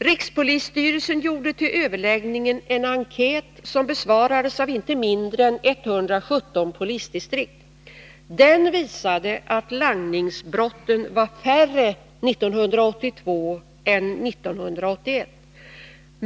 Rikspolisstyrelsen gjorde till överläggningen en enkät, som besvarades av inte mindre än 117 polisdistrikt. Den visade att langningsbrotten var färre 1982 än 1981.